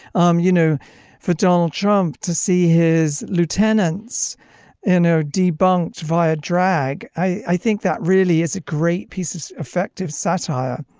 um you know for donald trump to see his lieutenants and their debunked via drag. i think that really is a great piece of effective satire.